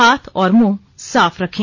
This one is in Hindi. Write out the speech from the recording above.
हाथ और मुंह साफ रखें